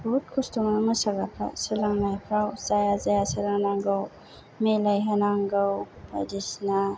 बुहुद खस्त' मोनो मोसाग्राफ्रा सोलोंनायफ्राव जाया जाया सोलोंनांगौ मिलायहोनांगौ बायदिसिना